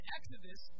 Exodus